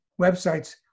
websites